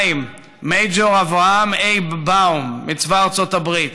וגם מייג'ור אברהם אייב באום מצבא ארצות הברית,